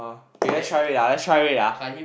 okay let's try wait ah let's try wait ah